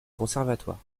conservatoire